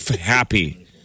happy